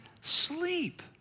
sleep